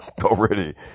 already